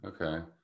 Okay